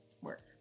work